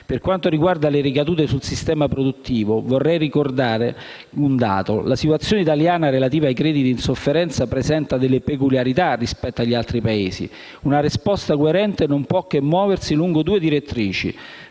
Per quanto riguarda le ricadute sul sistema produttivo, vorrei ricordare un dato. La situazione italiana relativa ai crediti in sofferenza presenta delle peculiarità rispetto agli altri Paesi. Una risposta coerente non può che muoversi lungo due direttrici: